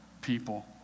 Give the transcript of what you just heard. people